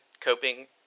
coping